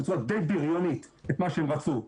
בצורה די בריונית את מה שהם רצו,